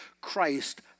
Christ